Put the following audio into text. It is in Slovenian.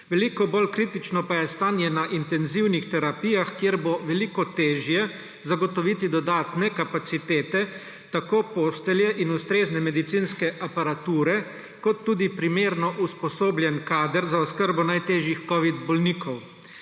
Veliko bolj kritično pa je stanje na intenzivnih terapijah, kjer bo veliko težje zagotoviti dodatne kapacitete, tako postelje in ustrezne medicinske aparature kot tudi primerno usposobljen kader za oskrbo najtežjih covidnih bolnikov.